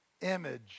image